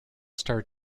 star